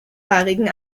haarigen